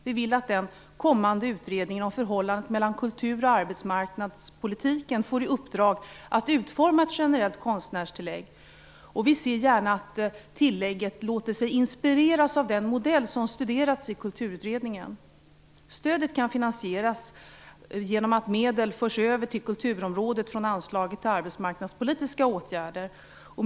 Vi vill att den kommande utredningen om förhållandet mellan kultur och arbetsmarknadspolitiken får i uppdrag att utforma ett generellt konstnärstillägg, och vi ser gärna att tillägget låter sig inspireras av den modell som studerats i Kulturutredningen. Stödet kan finansieras genom att medel förs över till kulturområdet från anslaget till arbetsmarknadspolitiska åtgärder.